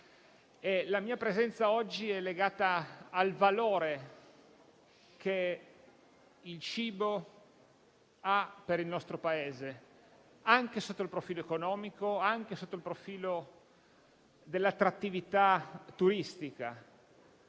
La mia presenza oggi è legata al valore che il cibo ha per il nostro Paese, anche sotto il profilo economico e dell'attrattività turistica.